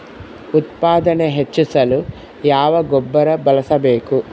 ಉತ್ಪಾದನೆ ಹೆಚ್ಚಿಸಲು ಯಾವ ಗೊಬ್ಬರ ಬಳಸಬೇಕು?